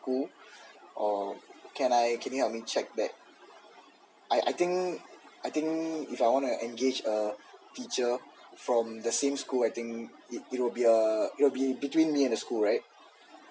who or can I can you help me check that I I think I think if I wanna engage a teacher from the same school I think it will be a it will be between me and the school right